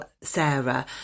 Sarah